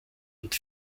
und